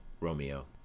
Romeo